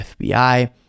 FBI